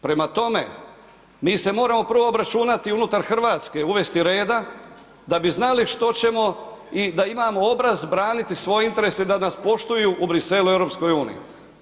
Prema tome, mi smo moramo prvo obračunati unutar Hrvatske, uvesti reda, da bi znali što ćemo i da imamo obraz braniti svoje interese i da nas poštuju u Bruxellesu i u EU.